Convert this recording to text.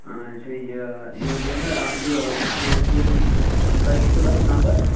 اَچھا یہِ یہِ ؤنۍتو مےٚ یہِ سُہ پُلین سیٖر تۄہہِ کیٛاہ چھُو اَتھ نمبر